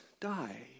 die